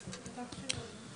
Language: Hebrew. במיוחד.